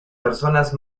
personas